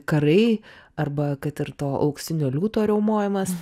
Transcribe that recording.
karai arba kad ir to auksinio liūto riaumojimas